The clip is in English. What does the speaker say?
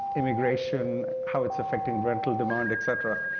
immigration, how it's affecting rental demand, et cetera.